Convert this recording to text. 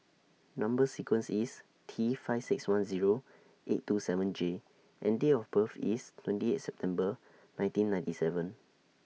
Number sequence IS T five six one Zero eight two seven J and Date of birth IS twenty eighth September nineteen ninety seven